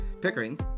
Pickering